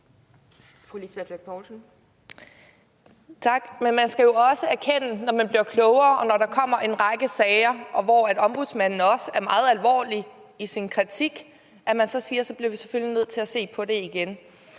man skal jo også erkende, når man bliver klogere, og når der kommer en række sager, hvor Ombudsmanden også er meget alvorlig i sin kritik, og sige, at så bliver vi selvfølgelig nødt til at se på det igen.